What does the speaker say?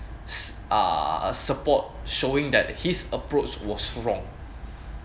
uh support showing that his approach was wrong